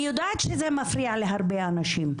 אני יודעת שזה מפריע להרבה אנשים,